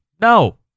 No